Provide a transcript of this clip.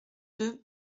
deux